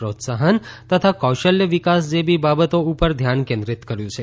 પ્રોત્સાહન તથા કૌશલ્ય વિકાસ જેવી બાબતો ઉપર ધ્યાન કેન્દ્રિત કર્યું છે